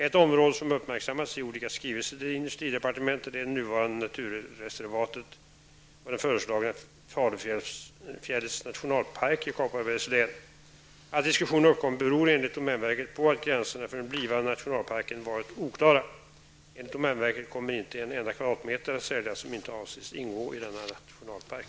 Ett område som uppmärksammats i olika skrivelser till industridepartementet är det nuvarande naturreservatet och den föreslagna Falufjällets nationalpark i Kopparbergs län. Att diskussion uppkommit beror enligt domänverket på att gränserna för den blivande nationalparken varit oklara. Enligt domänverket kommer inte en enda kvadratmeter att säljas som avses ingå i denna nationalpark.